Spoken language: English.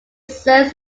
serves